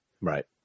Right